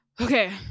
Okay